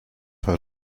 her